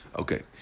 Okay